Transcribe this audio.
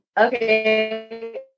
okay